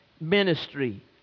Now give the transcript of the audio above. ministry